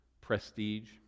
prestige